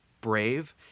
brave